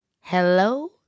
Hello